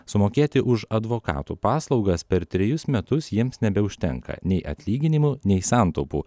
sumokėti už advokatų paslaugas per trejus metus jiems nebeužtenka nei atlyginimų nei santaupų